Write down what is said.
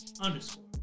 underscore